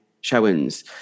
showings